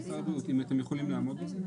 אתם יכולים לעמוד בזה?